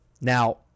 Now